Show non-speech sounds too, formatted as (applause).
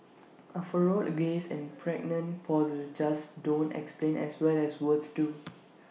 (noise) A furrowed gaze and pregnant pauses just don't explain as well as words do